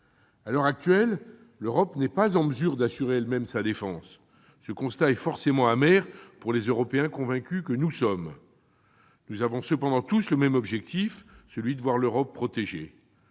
À l'heure actuelle, l'Europe n'est pas en mesure d'assurer elle-même sa défense. Ce constat est forcément amer pour les Européens convaincus que nous sommes. Nous avons cependant tous le même objectif, celui de voir l'Europe protégée.